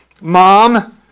Mom